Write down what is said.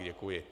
Děkuji.